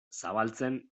zabaltzen